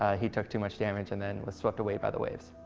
ah he took too much damage and then was swept away by the waves.